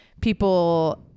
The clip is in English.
people